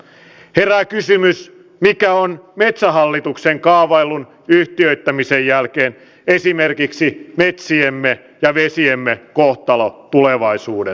herää kysymys mikä on metsähallituksen kaavaillun yhtiöittämisen jälkeen esimerkiksi metsiemme ja vesiemme kohtalo tulevaisuudessa